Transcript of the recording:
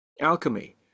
alchemy